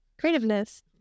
creativeness